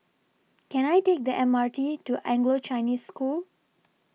Can I Take The M R T to Anglo Chinese School